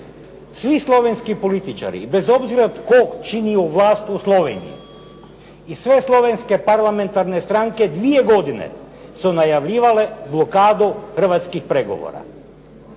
Svi slovenski političari i bez obzira tko činio vlast u Sloveniji i sve slovenske parlamentarne stranke dvije godine su najavljivale blokadu hrvatskih pregovora.